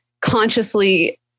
consciously